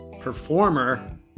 performer